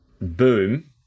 boom